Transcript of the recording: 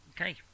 Okay